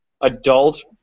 adult